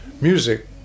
music